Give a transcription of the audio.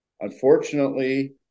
Unfortunately